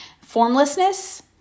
formlessness